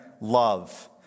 Love